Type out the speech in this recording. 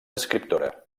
escriptora